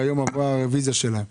שהיום עברה הרביזיה שלה,